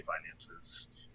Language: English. finances